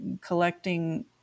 collecting